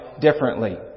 differently